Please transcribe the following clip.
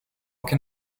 can